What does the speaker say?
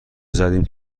زدیم